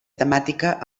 temàtica